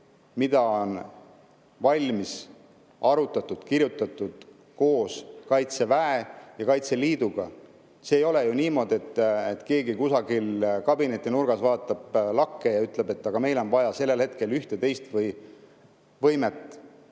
mida on arutatud ja kirjutatud koos Kaitseväe ja Kaitseliiduga. Ei ole niimoodi, et keegi kusagil kabinetinurgas vaatab lakke ja ütleb, et meil on vaja sellel hetkel üht või teist võimet,